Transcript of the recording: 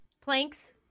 planks